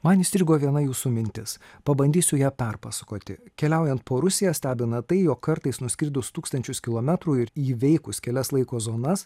man įstrigo viena jūsų mintis pabandysiu ją perpasakoti keliaujant po rusiją stebina tai jog kartais nuskridus tūkstančius kilometrų ir įveikus kelias laiko zonas